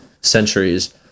centuries